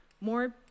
more